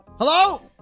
Hello